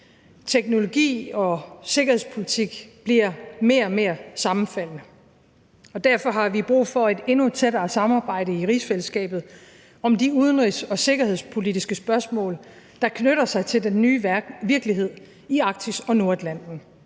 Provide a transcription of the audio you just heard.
Teknologi og sikkerhedspolitik bliver mere og mere sammenfaldende, og derfor har vi brug for et endnu tættere samarbejde i rigsfællesskabet om de udenrigs- og sikkerhedspolitiske spørgsmål, der knytter sig til den nye virkelighed i Arktis og Nordatlanten.